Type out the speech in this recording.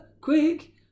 quick